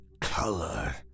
color